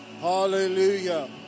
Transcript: Hallelujah